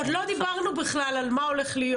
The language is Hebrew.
עוד לא דיברנו בכלל על מה הולך להיות.